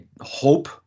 hope